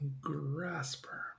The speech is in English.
Grasper